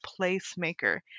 Placemaker